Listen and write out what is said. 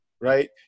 Right